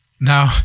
Now